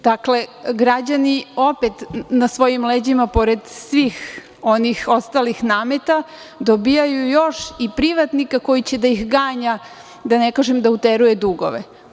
Dakle, opet na svojim leđima pored svih onih nameta, dobijaju još i privatnika koji će da ih ganja, da ne kažem da uteruje dugove.